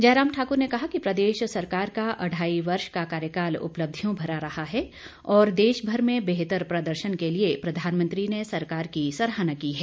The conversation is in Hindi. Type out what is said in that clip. जयराम ठाकुर ने कहा कि प्रदेश सरकार का अढ़ाई वर्ष का कार्यकाल उपलब्धियों भरा रहा है और देशभर में बेहतर प्रदर्शन के लिए प्रधानमंत्री ने सरकार की सराहना की है